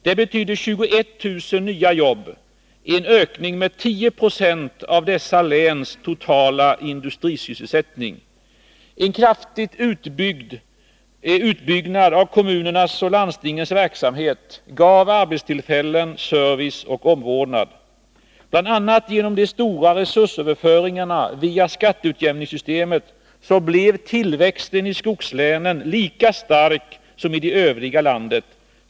Det betydde 21000 nya jobb, en ökning med 10 90 av dessa läns totala industrisysselsättning. En kraftig utbyggnad av kommunernas och landstingens verksamhet gav arbetstillfällen, service och omvårdnad. Bl. a. genom de stora resursöverföringarna via skatteutjämningssystemet blev tillväxten i skogslänen lika stark som i det övriga landet.